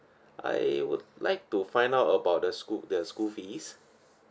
I would like to find out about the school the school fees